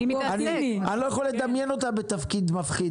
אני לא יכול לדמיין אותה בתפקיד מפחיד